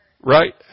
Right